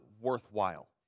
worthwhile